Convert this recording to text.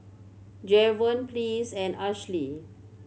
Jevon Pleas and Ashlee